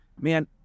Man